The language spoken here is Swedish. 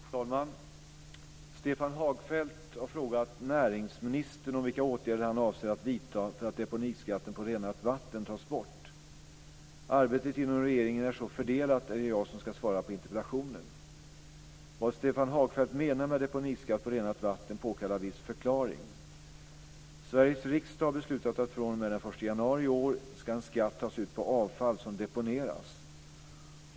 Fru talman! Stefan Hagfeldt har frågat näringsministern om vilka åtgärder han avser att vidta för att deponiskatten på renat vatten tas bort. Arbetet inom regeringen är så fördelat att det är jag som ska svara på interpellationen. Vad Stefan Hagfeldt menar med deponiskatt på renat vatten påkallar viss förklaring. 1 januari i år ska en skatt tas ut på avfall som deponeras.